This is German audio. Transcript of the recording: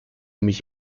mich